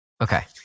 Okay